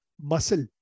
muscle